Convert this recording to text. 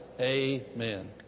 Amen